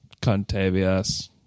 Contavious